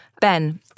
Ben